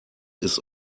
ist